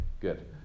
good